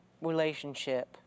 relationship